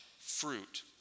fruit